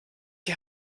die